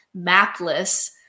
mapless